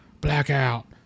Blackout